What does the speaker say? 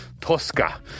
Tosca